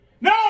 No